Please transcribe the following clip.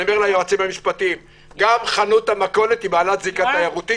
אני אומר ליועצים המשפטיים שגם חנות המכולת היא בעלת זיקה תיירותית.